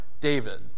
David